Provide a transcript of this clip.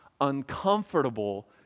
uncomfortable